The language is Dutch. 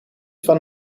van